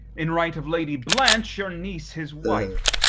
in right of lady blanche your niece, his wife.